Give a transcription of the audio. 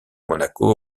monaco